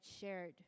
shared